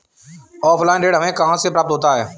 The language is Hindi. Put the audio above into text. ऑफलाइन ऋण हमें कहां से प्राप्त होता है?